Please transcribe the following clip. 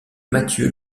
mathieu